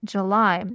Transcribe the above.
July